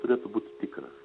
turėtų būt tikras